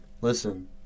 Listen